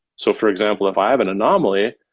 so for example, if i have an anomaly,